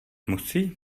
musí